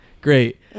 great